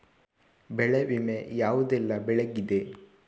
ಬೆಳೆ ವಿಮೆ ಯಾವುದೆಲ್ಲ ಬೆಳೆಗಿದೆ?